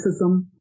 racism